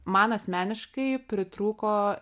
man asmeniškai pritrūko